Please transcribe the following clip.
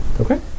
Okay